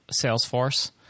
Salesforce